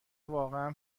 واقعا